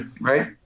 right